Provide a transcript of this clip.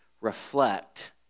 reflect